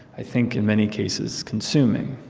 i think, in many cases, consuming.